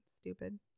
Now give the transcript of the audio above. stupid